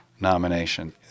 nomination